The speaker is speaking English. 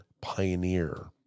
pioneer